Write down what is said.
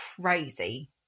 crazy